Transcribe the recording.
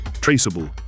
traceable